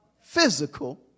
physical